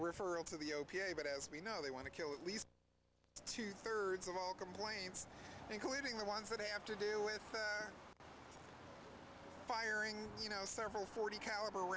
referral to the o p s but as we know they want to kill at least two thirds of all complaints including the ones that have to do with firing you know several forty caliber